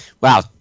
Wow